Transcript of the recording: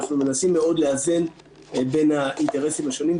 אנחנו מנסים מאוד לאזן בין האינטרסים השונים,